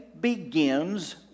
begins